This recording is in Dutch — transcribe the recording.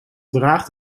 draagt